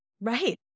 Right